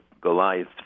Goliath